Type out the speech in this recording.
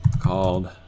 called